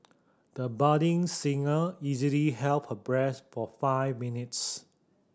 the budding singer easily held her breath for five minutes